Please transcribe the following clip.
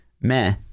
Meh